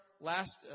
last